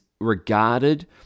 regarded